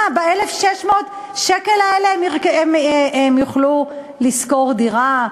מה, ב-1,600 שקל האלה הם יוכלו לשכור דירה?